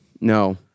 No